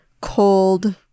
cold